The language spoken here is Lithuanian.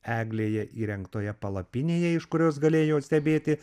eglėje įrengtoje palapinėje iš kurios galėjo stebėti